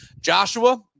Joshua